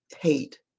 hate